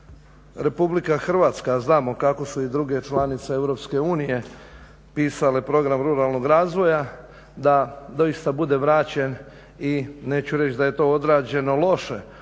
da RH a znamo kako su i druge članice EU pisale program ruralnog razvoja da doista bude vraćen i neću reći da je to odrađeno loše,